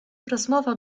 rozmowa